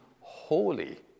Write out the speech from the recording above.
holy